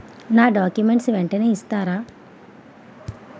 నా డాక్యుమెంట్స్ వెంటనే ఇస్తారా?